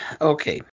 okay